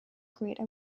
greater